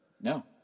No